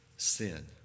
Sin